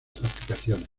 aplicaciones